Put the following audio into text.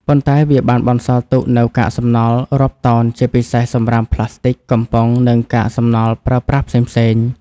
ប៉ុន្តែវាបានបន្សល់ទុកនូវកាកសំណល់រាប់តោន ជាពិសេសសម្រាមផ្លាស្ទិក កំប៉ុង និងកាកសំណល់ប្រើប្រាស់ផ្សេងៗ។